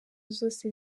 zose